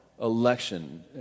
election